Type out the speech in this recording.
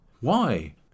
Why